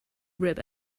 grip